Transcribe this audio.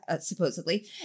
supposedly